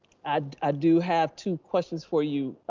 and i do have two questions for you,